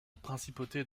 principauté